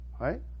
Right